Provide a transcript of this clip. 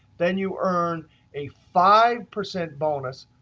then you earn a five percent bonus.